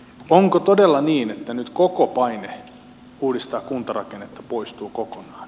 onko todella niin että nyt paine uudistaa kuntarakennetta poistuu kokonaan